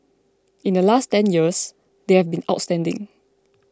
in the last ten years they have been outstanding